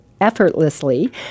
effortlessly